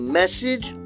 message